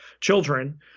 children